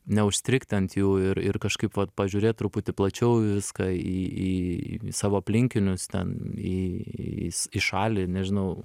neužstrigti ant jų ir ir kažkaip vat pažiūrėt truputį plačiau į viską į į savo aplinkinius ten į įs į šalį nežinau